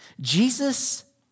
Jesus